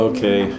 Okay